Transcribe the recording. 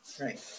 right